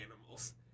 animals